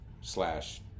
slash